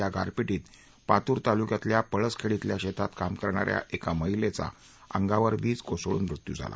या गारपिटीत पातूर तालुक्यातल्या पळसखेड क्रिल्या शेतात काम करणाऱ्या एका महिलेचा अंगावर वीज कोसळून मृत्यू झाला